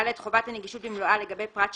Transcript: חובת הנגישות במלואה, לגבי פרט 13(ב)